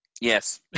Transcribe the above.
Yes